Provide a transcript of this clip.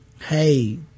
hey